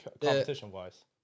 Competition-wise